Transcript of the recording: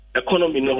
economy